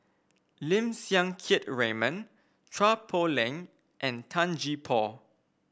Lim Siang Keat Raymond Chua Poh Leng and Tan Gee Paw